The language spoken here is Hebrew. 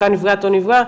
אותה נפגעת או נפגע,